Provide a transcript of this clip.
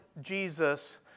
Jesus